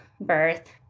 birth